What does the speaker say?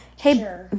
Hey